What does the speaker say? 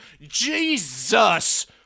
Jesus